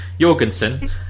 Jorgensen